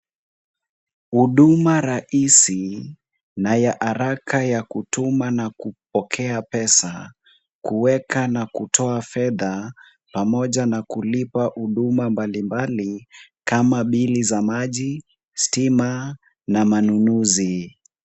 Huduma rahisi na ya haraka ya kutuma na kupokea pesa, kuweka na kutoa fedha pamoja na kulipa huduma mbalimbali kama bili za maji, stima na manunuzi.